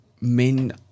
men